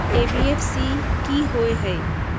NBFC कि होअ हई?